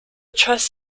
trust